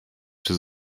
czy